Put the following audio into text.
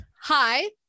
hi